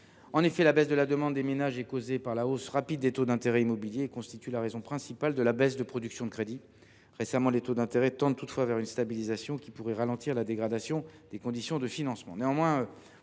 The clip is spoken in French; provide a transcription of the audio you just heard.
monétaire. La baisse de la demande des ménages est en effet causée par la hausse rapide des taux d’intérêt immobiliers et constitue la raison principale de la baisse de production de crédit. Récemment, les taux d’intérêt tendent toutefois vers une stabilisation qui pourrait ralentir la dégradation des conditions de financement.